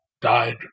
died